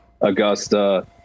Augusta